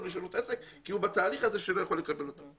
רישיון עסק כי הוא בתהליך הזה שהוא לא יכול לקבל אותו.